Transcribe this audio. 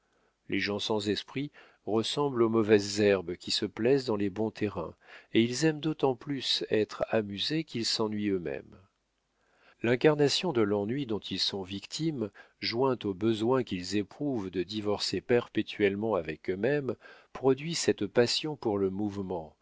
les gens sans esprit ressemblent aux mauvaises herbes qui se plaisent dans les bons terrains et ils aiment d'autant plus être amusés qu'ils s'ennuient eux-mêmes l'incarnation de l'ennui dont ils sont victimes jointe au besoin qu'ils éprouvent de divorcer perpétuellement avec eux-mêmes produit cette passion pour le mouvement